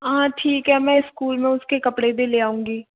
हाँ ठीक है मैं स्कूल में उसके कपड़े भी ले आउंगी